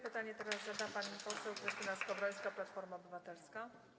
Pytanie teraz zada pani poseł Krystyna Skowrońska, Platforma Obywatelska.